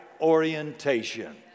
orientation